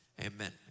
Amen